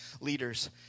leaders